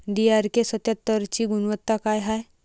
DRK सत्यात्तरची गुनवत्ता काय हाय?